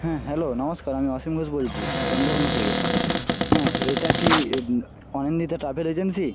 হ্যাঁ হ্যালো নমস্কার আমি অসীম ঘোষ বলছি চন্দ্রকোনা থেকে হ্যাঁ এটা কি অনিন্দিতা ট্রাভেল এজেন্সি